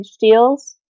deals